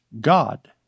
God